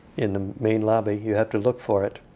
in the main lobby. you have to look for it,